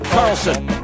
Carlson